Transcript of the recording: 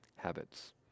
Habits